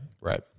Right